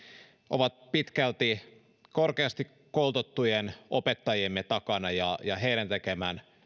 ovat pitkälti korkeasti koulutettujen opettajiemme takana ja ja heidän tekemänsä